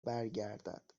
برگردد